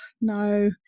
no